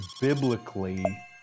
biblically